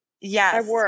yes